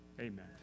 Amen